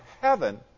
heaven